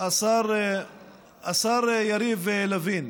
השר יריב לוין,